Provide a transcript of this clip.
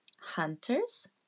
hunters